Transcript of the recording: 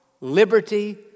liberty